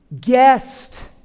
guest